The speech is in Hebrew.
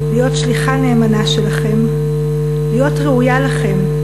להיות שליחה נאמנה שלכם, להיות ראויה לכם,